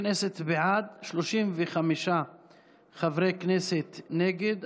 בעד, 35 חברי כנסת נגד.